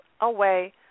away